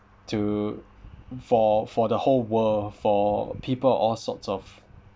to for for the whole world for people all sorts of